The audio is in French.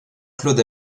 claude